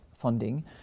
funding